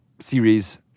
series